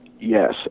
Yes